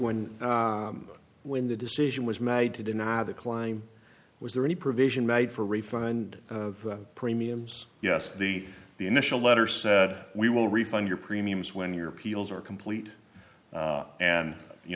one when the decision was made to deny the claim was there any provision made for refund of premiums yes the the initial letter said we will refund your premiums when your appeals are complete and you